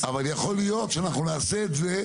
יכול להיות שאנחנו נעשה את זה,